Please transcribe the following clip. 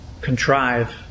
contrive